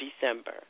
December